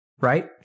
Right